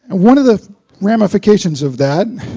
and one of the ramifications of that